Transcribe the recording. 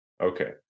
Okay